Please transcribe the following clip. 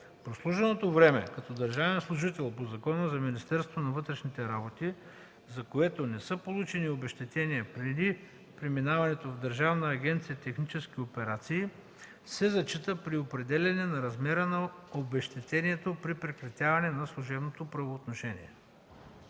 Прослуженото време като държавен служител по Закона за Министерството на вътрешните работи, за което не са получени обезщетения преди преминаването в Държавна агенция „Технически операции”, се зачита при определяне размера на обезщетението при прекратяване на служебното правоотношение.”